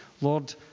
Lord